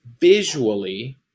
visually